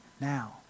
now